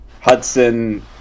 Hudson